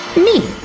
me